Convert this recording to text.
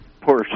poor